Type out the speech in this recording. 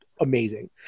amazing